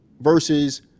versus